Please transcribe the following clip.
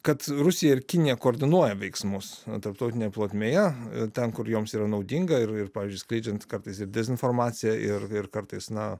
kad rusija ir kinija koordinuoja veiksmus tarptautinėje plotmėje ten kur joms yra naudinga ir ir pavyzdžiui skleidžiant kartais ir dezinformaciją ir ir kartais na